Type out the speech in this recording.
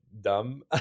dumb